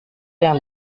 yang